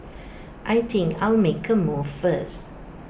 I think I'll make A move first